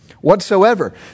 Whatsoever